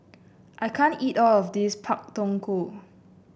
I can't eat all of this Pak Thong Ko